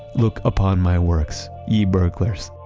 look upon my works, ye burglars,